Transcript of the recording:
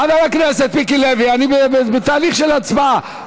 חבר הכנסת מיקי לוי, אני בתהליך של הצבעה.